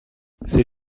c’est